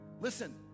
listen